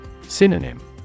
Synonym